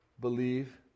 believe